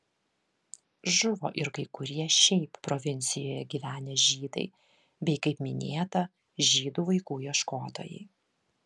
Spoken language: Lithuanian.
žuvo ir kai kurie šiaip provincijoje gyvenę žydai bei kaip minėta žydų vaikų ieškotojai